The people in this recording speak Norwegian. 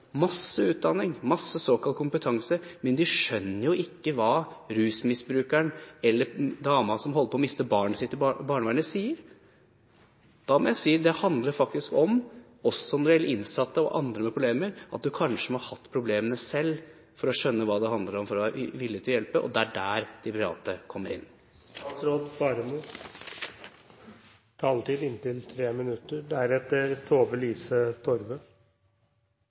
utdanning og mye såkalt kompetanse – skjønner jo ikke hva rusmisbrukeren eller dama som holder på å miste barnet sitt til barnevernet, sier. Da må jeg si at det faktisk handler om – også når det gjelder innsatte og andre med problemer – at man kanskje må ha hatt problemene selv for å skjønne hva det handler om, og for å være villig til å hjelpe. Det er der de private kommer inn.